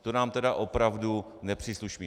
To nám tedy opravdu nepřísluší.